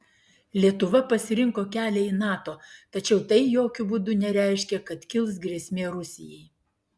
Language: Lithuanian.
lietuva pasirinko kelią į nato tačiau tai jokiu būdu nereiškia kad kils grėsmė rusijai